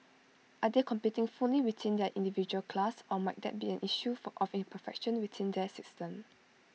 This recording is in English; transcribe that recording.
are they competing fully within their individual class or might that be an issue of imperfection within that system